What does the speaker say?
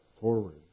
forward